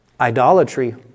Idolatry